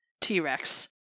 T-Rex